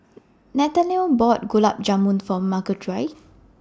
Nathaniel bought Gulab Jamun For Marguerite